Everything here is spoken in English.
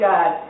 God